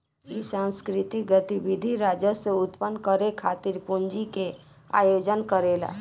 इ सांस्कृतिक गतिविधि राजस्व उत्पन्न करे खातिर पूंजी के आयोजन करेला